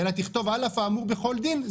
אלא תכתוב 'על אף האמור בכל דין',